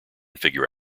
figure